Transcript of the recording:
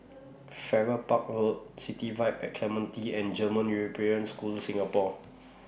Farrer Park Road City Vibe At Clementi and German European School Singapore